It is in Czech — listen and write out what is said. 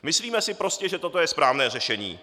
Myslíme si prostě, že toto je správné řešení.